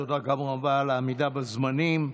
תודה רבה גם על העמידה בזמנים.